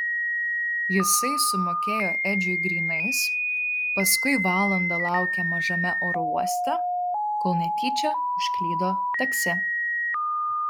jisai sumokėjo edžiui grynais paskui valandą laukė mažame oro uoste kol netyčia užklydo taksi